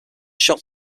shot